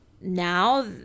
now